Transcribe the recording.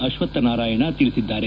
ಅಶ್ವತ್ಥ ನಾರಾಯಣ ಹೇಳಿದ್ದಾರೆ